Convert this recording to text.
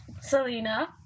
Selena